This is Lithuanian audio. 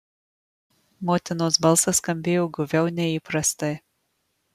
motinos balsas skambėjo guviau nei įprastai